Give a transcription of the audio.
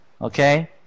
Okay